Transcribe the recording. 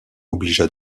obligea